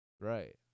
right